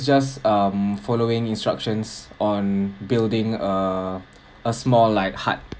just um following instructions on building a a small like hut